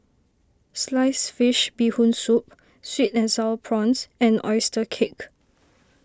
Sliced Fish Bee Hoon Soup Sweet and Sour Prawns and Oyster Cake